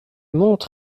monte